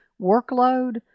workload